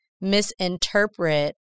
misinterpret